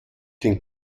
den